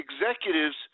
executives